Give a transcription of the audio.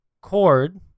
cord